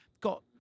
got